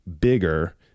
bigger